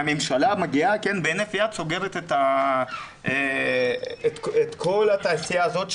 והממשלה מגיעה ובהינף יד סוגרת את כל התעשייה הזאת,